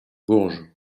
bourges